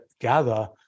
gather